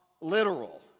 literal